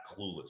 clueless